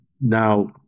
now